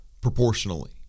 proportionally